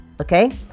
Okay